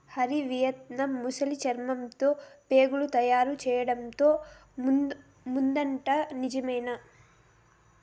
Hari, Vietnam ముసలి చర్మంతో బేగులు తయారు చేయడంతో ముందుందట నిజమేనా